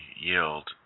yield